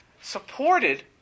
supported